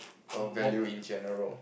or value in general